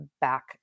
back